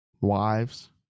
wives